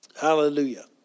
Hallelujah